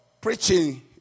preaching